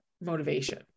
motivation